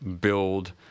build